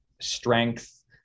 strength